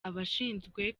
abashinzwe